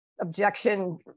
objection